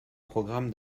programme